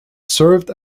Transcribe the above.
served